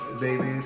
Baby